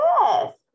Yes